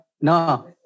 No